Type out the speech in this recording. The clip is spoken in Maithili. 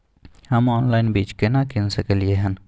हम ऑनलाइन बीज केना कीन सकलियै हन?